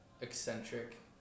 eccentric